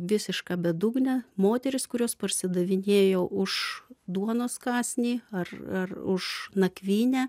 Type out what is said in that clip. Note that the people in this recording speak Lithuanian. visiška bedugne moterys kurios parsidavinėjo už duonos kąsnį ar ar už nakvynę